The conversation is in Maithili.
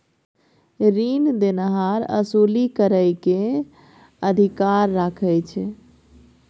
रीन देनहार असूली करइ के अधिकार राखइ छइ